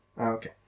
Okay